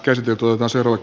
värderade talman